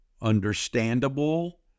understandable